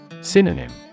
Synonym